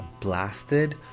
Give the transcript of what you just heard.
blasted